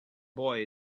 boy